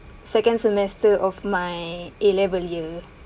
second semester of my A level year